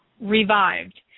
revived